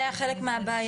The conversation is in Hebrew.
זה היה חלק מהבעיה.